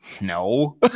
no